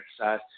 exercise